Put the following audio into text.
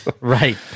Right